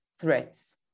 threats